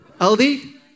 Aldi